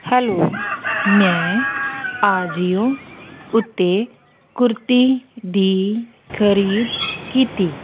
hello ਮੈਂ ਆਜੀਓ ਉੱਤੇ ਕੁਰਤੀ ਦੀ ਖਰੀਦ ਕੀਤੀ